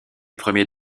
premier